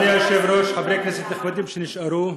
אדוני היושב-ראש, חברי כנסת נכבדים שנשארו,